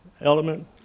element